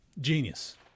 genius